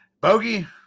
Bogey